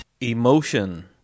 Emotion